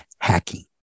hacking